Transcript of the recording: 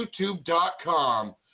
YouTube.com